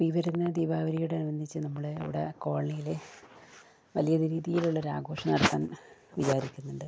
ഈ വരുന്ന ദീപാവലിയോട് അനുബന്ധിച്ച് നമ്മള് അവിടെ കോളനിയില് വലിയ രീതിയിലുള്ള ഒര് ആഘോഷം നടത്താൻ വിചാരിക്കുന്നുണ്ട്